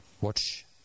watch